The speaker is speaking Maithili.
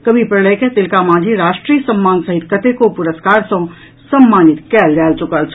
कवि प्रलय के तिलका मांझी राष्ट्रीय सम्मान सहित कतेको पुरस्कार सँ सेहो सम्मानित कयल जा चुकल अछि